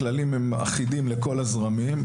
הכללים הם אחידים לכל הזרמים.